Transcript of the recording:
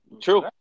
True